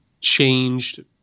changed